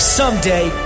someday